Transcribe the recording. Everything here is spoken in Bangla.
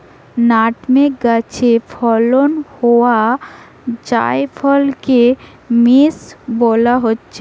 নাটমেগ গাছে ফলন হোয়া জায়ফলকে মেস বোলা হচ্ছে